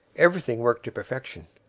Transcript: everything worked to perfection.